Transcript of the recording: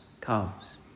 comes